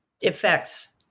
effects